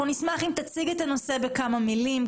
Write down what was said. אנחנו נשמח אם תציג את הנושא בכמה מילים,